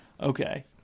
Okay